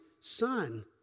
son